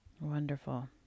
Wonderful